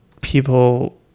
people